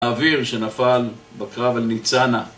האוויר שנפל בקרב על ניצנה